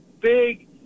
big